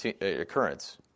occurrence